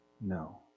No